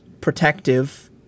protective